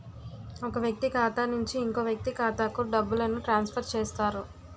ఒక వ్యక్తి ఖాతా నుంచి ఇంకో వ్యక్తి ఖాతాకు డబ్బులను ట్రాన్స్ఫర్ చేస్తారు